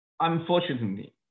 Unfortunately